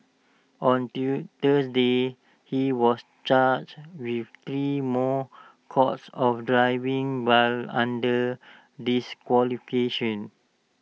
on Thursday he was charged with three more counts of driving while under disqualification